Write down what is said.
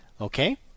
Okay